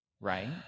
Right